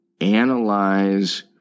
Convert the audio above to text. Analyze